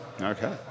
Okay